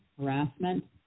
harassment